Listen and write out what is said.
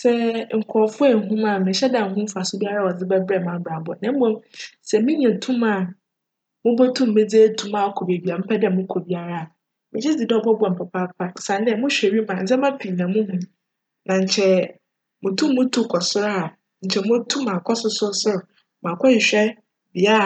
Sj nkorcfo ennhu me a, mennhyj da nnhu mfaso biara cdze bjberj m'abrabc na mbom sj menya tum a mobotum dze etu akc beebi a mepj dj mokc biara a, megye dzi dj cbcboa me papaapa osiandj, mohwj wimu a ndzjmba pii na muhu na nkyj mutum mutu kc sor a, nkyj motum m'akc sosc sor bea